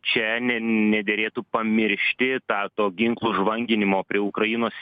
čia ne nederėtų pamiršti tą to ginklų žvanginimo prie ukrainos